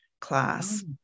class